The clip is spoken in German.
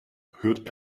hört